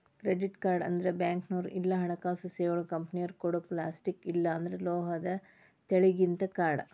credit card ಅಂದ್ರ ಬ್ಯಾಂಕ್ನೋರ್ ಇಲ್ಲಾ ಹಣಕಾಸು ಸೇವೆಗಳ ಕಂಪನಿಯೊರ ಕೊಡೊ ಪ್ಲಾಸ್ಟಿಕ್ ಇಲ್ಲಾಂದ್ರ ಲೋಹದ ತೆಳ್ಳಗಿಂದ ಕಾರ್ಡ್